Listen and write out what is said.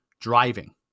driving